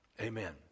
amen